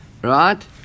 Right